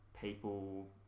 people